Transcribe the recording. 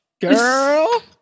girl